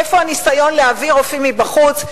איפה הניסיון להביא רופאים מבחוץ?